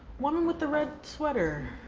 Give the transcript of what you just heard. woman with the red sweater.